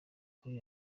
kuri